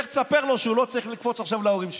לך תספר לו שהוא לא צריך לקפוץ עכשיו להורים שלו,